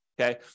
Okay